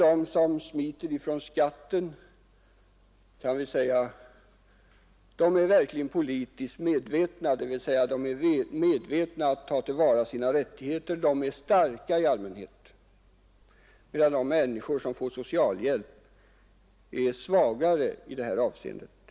De som smiter från skatten vet hur de skall ta till vara sina rättigheter; de är i allmänhet starka människor, medan de som får socialhjälp är svaga i det här avseendet.